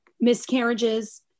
miscarriages